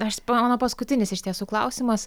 aš mano paskutinis iš tiesų klausimas